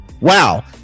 wow